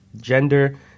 gender